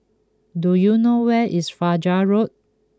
do you know where is Fajar Road